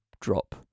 drop